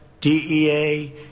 DEA